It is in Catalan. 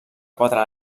quatre